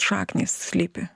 šaknys slypi